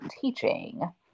teaching